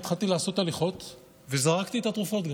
התחלתי לעשות הליכות וגם זרקתי את התרופות.